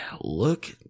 look